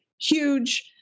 huge